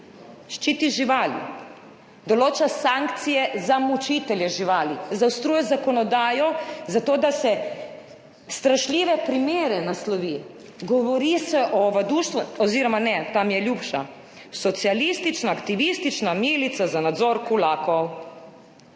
ščiti živali, določa sankcije za mučitelje živali. Zaostruje zakonodajo zato, da se naslovi strašljive primere. Govori se o ovaduštvu oziroma ne, ta mi je ljubša, o socialistični aktivistični milici za nadzor kulakov.